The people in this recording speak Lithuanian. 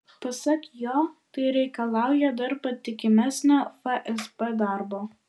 pasak jo tai reikalauja dar patikimesnio fsb darbo